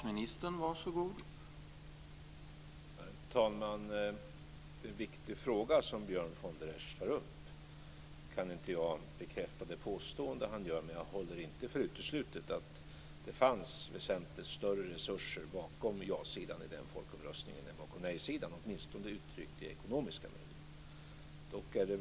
Herr talman! Det är en viktig fråga som Björn von der Esch tar upp. Nu kan jag inte bekräfta det påstående som han gör, men jag håller inte för uteslutet att det fanns väsentligt större resurser bakom ja-sidan i den folkomröstningen än vad det fanns bakom nejsidan, åtminstone uttryckt i ekonomiska medel.